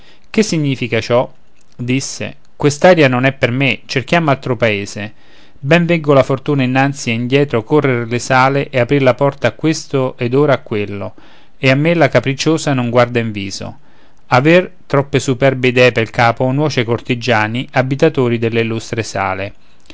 che significa ciò disse quest'aria non è per me cerchiam altro paese ben veggo la fortuna innanzi e indietro correr le sale e aprir la porta a questo ed ora a quello e a me la capricciosa non guarda in viso aver troppe superbe idee pel capo nuoce ai cortigiani abitatori delle illustri sale